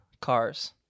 Cars